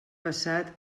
passat